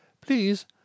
please